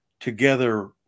Together